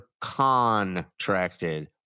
contracted